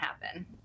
happen